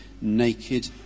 naked